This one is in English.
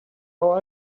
how